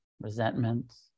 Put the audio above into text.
resentments